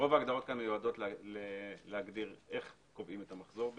רוב ההגדרות כאן מיועדות להגדיר איך קובעים את המחזור,